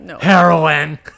Heroin